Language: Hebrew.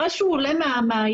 אחרי שהוא עולה מהמעיין,